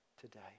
today